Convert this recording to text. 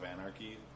Anarchy